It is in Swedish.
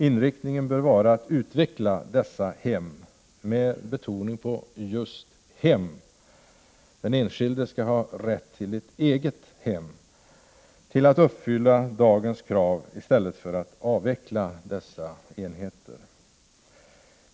Inriktningen bör vara att utveckla dessa hem — med betoning på ordet hem; den enskilde skall ha rätt till ett eget hem -— till att uppfylla dagens krav, i stället för att avveckla dessa enheter.